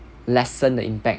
lessen the impact